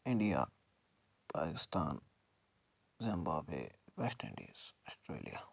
India Pakistan Zimbabwe West Indies Australia